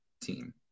team